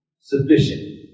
sufficient